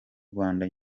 rwanda